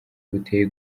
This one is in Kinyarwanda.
buteye